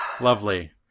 Lovely